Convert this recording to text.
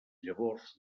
llavors